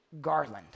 Garland